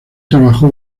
trabajó